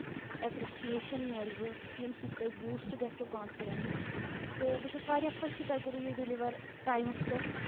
appreciation ملوٕ ییٚمہِ سۭتۍ تۄہہِ بوٗسٹ گژھِوٕ کانفِڈؠنٕس تہٕ بہٕ چھَس واریاہ خۄش کہِ تۄہہِ کوٚرُو یہِ ڈیلِور ٹایمَس پؠٹھ